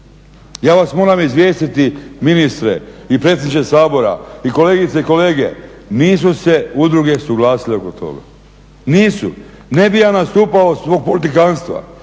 Ja vas moram izvijestiti ministre i predsjedniče Sabora i kolegice i kolege, nisu se udruge suglasile oko toga, nisu. Ne bi ja nastupao zbog politikanstva,